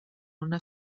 una